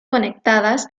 conectadas